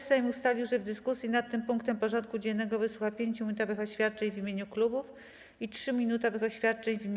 Sejm ustalił, że w dyskusji nad tym punktem porządku dziennego wysłucha 5-minutowych oświadczeń w imieniu klubów i 3-minutowych oświadczeń w imieniu kół.